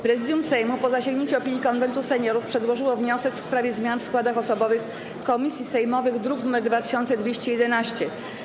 Prezydium Sejmu, po zasięgnięciu opinii Konwentu Seniorów, przedłożyło wniosek w sprawie zmian w składach osobowych komisji sejmowych, druk nr 2211.